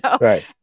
Right